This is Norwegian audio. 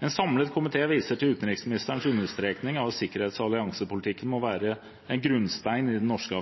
En samlet komité viser til utenriksministerens understrekning av at sikkerhets- og alliansepolitikken må være en grunnstein i det norske